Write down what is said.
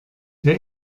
der